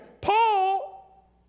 Paul